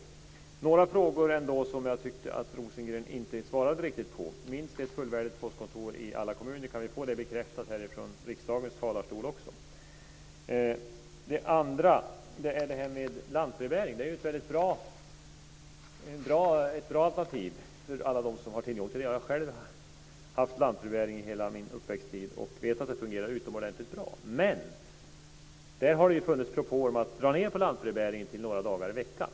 Jag tycker att det var några frågor som Björn Rosengren inte svarade riktigt på. Kan vi få bekräftat också från riksdagens talarstol att det ska finnas minst ett fullvärdigt postkontor i alla kommuner? Det andra gäller lantbrevbäring. Det är ett bra alternativ för alla som har tillgång till det. Jag har själv haft lantbrevbäring under hela min uppväxttid och vet att det fungerar utomordentligt bra. Men det har ju funnits propåer om att man ska dra ned på lantbrevbäringen till några dagar i veckan.